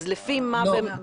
לא.